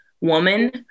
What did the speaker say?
woman